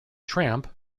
tramp